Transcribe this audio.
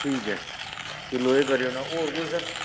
ठीक ऐ किलो हारी करी ओड़ना होर कोई सर